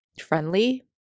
friendly